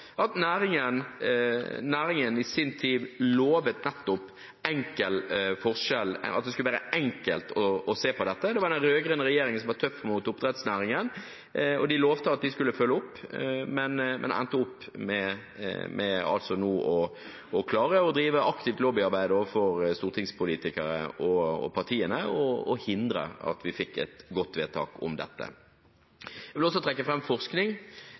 at næringen i sin tid lovet nettopp at det skulle være enkelt å se på dette. Det var den rød-grønne regjeringen som var tøff mot oppdrettsnæringen, og de lovet at de skulle følge opp. Men man endte opp med å klare å drive aktivt lobbyarbeid overfor stortingspolitikere og partiene, og hindre at vi fikk et godt vedtak om dette. Jeg vil også trekke fram forskning.